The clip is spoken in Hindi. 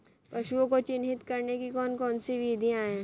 पशुओं को चिन्हित करने की कौन कौन सी विधियां हैं?